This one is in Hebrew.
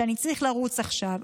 שאני צריך לרוץ עכשיו,